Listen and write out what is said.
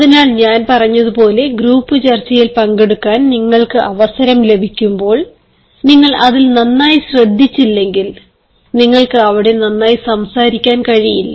അതിനാൽ ഞാൻ പറഞ്ഞതുപോലെ ഗ്രൂപ്പ് ചർച്ചയിൽ പങ്കെടുക്കാൻ നിങ്ങൾക്ക് അവസരം ലഭിക്കുമ്പോൾ നിങ്ങൾ അതിൽ നന്നായി ശ്രദ്ധിച്ചില്ലെങ്കിൽ നിങ്ങൾക്ക് അവിടെ നന്നായി സംസാരിക്കാൻ കഴിയില്ല